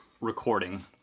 recording